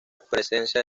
presencia